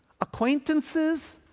acquaintances